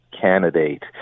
candidate